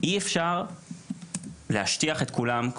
יש כאן סוגיה שצריך לשים אותה על השולחן והיא חשובה ביותר.